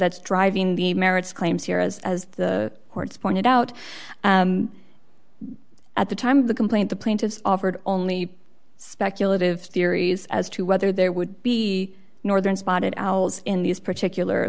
that's driving the merits claims here as the courts pointed out at the time of the complaint the plaintiffs offered only speculative theories as to whether there would be northern spotted owls in these particular